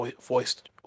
voiced